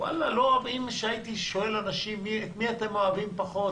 כאשר הייתי שואל אנשים: את מי אתם אוהבים פחות,